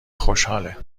خوشحاله